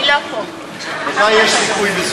מתי יש סיכוי בסורוקה?